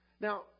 Now